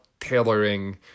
tailoring